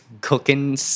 cooking